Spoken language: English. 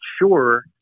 sure